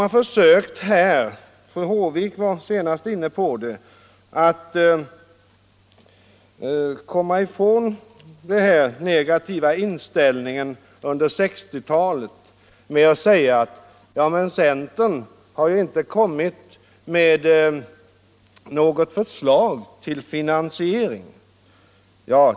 Man har försökt — fru Håvik var senast inne på det — att komma ifrån sin negativa inställning under 1960-talet genom att säga: Men centern har ju inte lagt något förslag till finansiering!